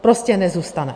Prostě nezůstane.